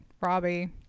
Robbie